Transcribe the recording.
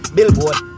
Billboard